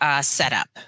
setup